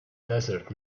desert